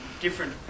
different